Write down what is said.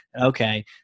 okay